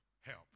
help